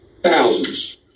thousands